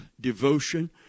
devotion